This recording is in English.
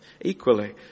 equally